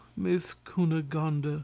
miss cunegonde,